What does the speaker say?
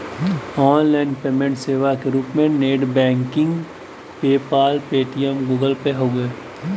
online payment सेवा क रूप में net banking PayPal, Paytm, Google Pay हउवे